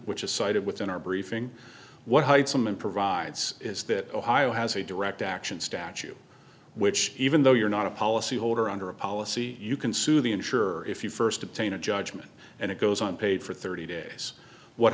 which is cited within our briefing what hides them and provides is that ohio has a direct action statue which even though you're not a policy holder under a policy you can sue the insurer if you first obtain a judgment and it goes on paid for thirty days what